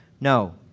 No